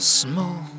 small